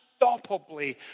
unstoppably